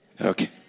Okay